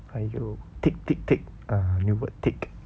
还有 tick tick tick ah new word tick